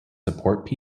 support